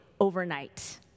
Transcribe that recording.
overnight